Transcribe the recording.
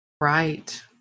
Right